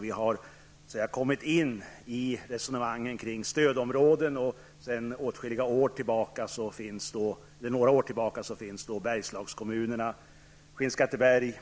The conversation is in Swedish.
Vi har så att säga kommit in i resonemangen kring stödområden, och sedan några år tillbaka ingår Bergslagskommunerna Skinnskatteberg,